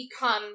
become